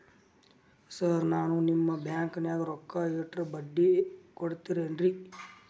Sir ನಾನು ನಿಮ್ಮ ಬ್ಯಾಂಕನಾಗ ರೊಕ್ಕ ಇಟ್ಟರ ಬಡ್ಡಿ ಕೊಡತೇರೇನ್ರಿ?